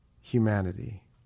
humanity